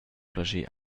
plascher